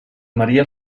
maria